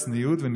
סיני".